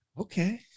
Okay